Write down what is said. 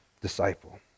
disciple